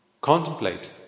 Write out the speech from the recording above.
contemplate